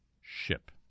ship